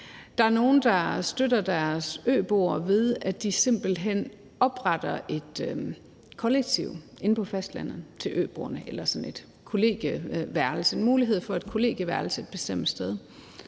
Der er nogle, der støtter deres øboere, ved at de simpelt hen opretter et kollektiv inde på fastlandet til øboerne eller mulighed for et kollegieværelse et bestemt sted.